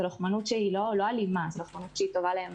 זה לוחמנות שהיא לא אלימה, היא טובה להן